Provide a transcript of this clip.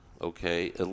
okay